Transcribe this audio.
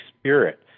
spirit